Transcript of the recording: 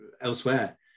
elsewhere